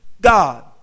God